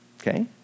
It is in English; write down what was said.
Okay